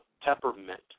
peppermint